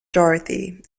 dorothy